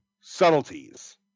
subtleties